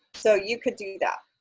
so you could do that.